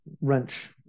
wrench